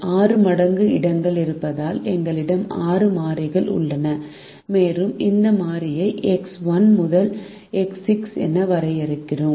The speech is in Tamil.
6 மடங்கு இடங்கள் இருப்பதால் எங்களிடம் 6 மாறிகள் உள்ளன மேலும் இந்த மாறியை எக்ஸ் 1 முதல் எக்ஸ் 6 என வரையறுக்கிறோம்